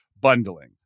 bundling